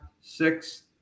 six